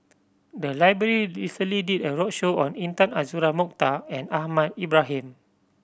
the library recently did a roadshow on Intan Azura Mokhtar and Ahmad Ibrahim